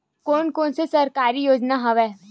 कोन कोन से सरकारी योजना हवय?